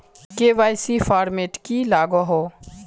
KYC format की लागोहो?